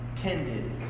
tended